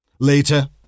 Later